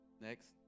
next